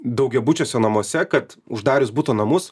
daugiabučiuose namuose kad uždarius buto namus